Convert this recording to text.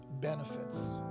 benefits